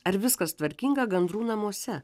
ar viskas tvarkinga gandrų namuose